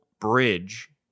bridge